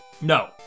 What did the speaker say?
No